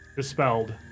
Dispelled